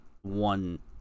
one